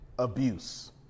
Abuse